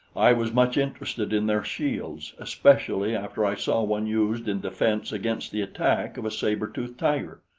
i was much interested in their shields, especially after i saw one used in defense against the attack of a saber-tooth tiger.